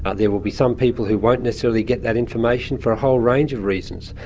ah there will be some people who won't necessarily get that information for a whole range of reasons.